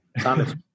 Thomas